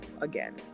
again